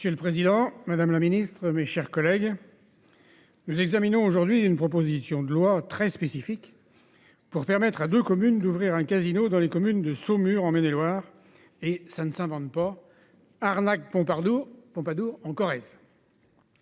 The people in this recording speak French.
Monsieur le Président Madame la Ministre, mes chers collègues. Nous examinons aujourd'hui une proposition de loi très spécifique. Pour permettre à deux communes d'ouvrir un casino dans les communes de Saumur en Maine-et-Loire. Et ça ne s'invente pas. Arnaque Pardo Pompadour en Corrèze.